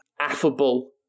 affable